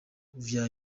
vya